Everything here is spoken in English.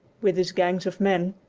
with his gangs of men,